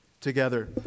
together